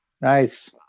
nice